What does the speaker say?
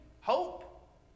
hope